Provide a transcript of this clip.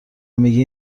میگی